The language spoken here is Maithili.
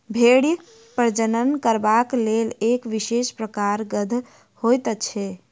भेंड़ी प्रजनन करबाक लेल एक विशेष प्रकारक गंध छोड़ैत छै